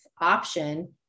option